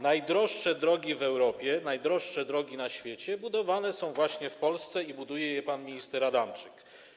Najdroższe drogi w Europie, najdroższe drogi na świecie budowane są właśnie w Polsce i buduje je pan minister Adamczyk.